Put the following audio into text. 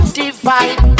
divide